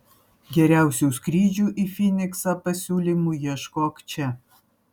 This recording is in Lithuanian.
geriausių skrydžių į fyniksą pasiūlymų ieškok čia